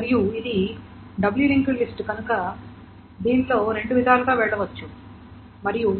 మరియు ఇది doubly linked list కనుక దీనిలో రెండు విధాలుగా వెళ్ళవచ్చు మరియు